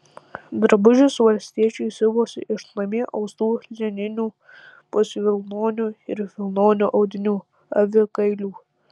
drabužius valstiečiai siuvosi iš namie austų lininių pusvilnonių ir vilnonių audinių avikailių